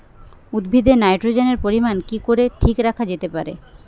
উদ্ভিদে নাইট্রোজেনের পরিমাণ কি করে ঠিক রাখা যেতে পারে?